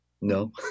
No